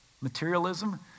materialism